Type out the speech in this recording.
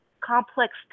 complex